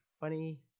funny